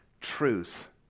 truth